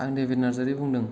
आं देभिद नार्जारी बुंदों